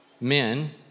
men